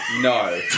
No